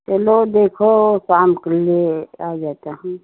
चलो देखो शाम को ले आ जाता हूँ